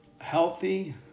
Healthy